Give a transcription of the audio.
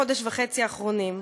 חודש וחצי האחרונים.